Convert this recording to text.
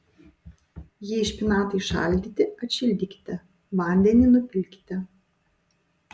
jei špinatai šaldyti atšildykite vandenį nupilkite